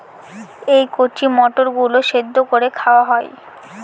এই কচি মটর গুলো সেদ্ধ করে খাওয়া হয়